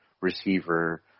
receiver